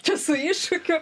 čia su iššūkiu